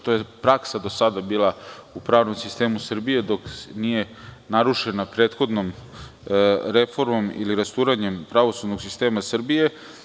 To je bila do sada praksa u pravnom sistemu Srbije, dok nije narušena prethodnom reformom ili rasturanjem pravosudnog sistema Srbije.